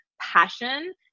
passion